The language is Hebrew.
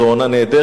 זו עונה נהדרת,